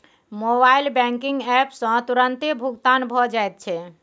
mobile banking app सँ तुरतें भुगतान भए जाइत छै